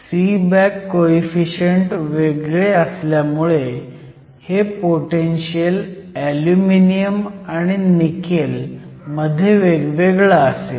सीबॅक coefficient वेगळे असल्यामुळे हे पोटेनशीयल अल्युमिनियम आणि निकेल मध्ये वेगवेगळं असेल